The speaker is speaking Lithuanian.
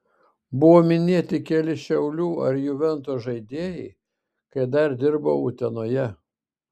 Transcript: buvo minėti keli šiaulių ar juventus žaidėjai kai dar dirbau utenoje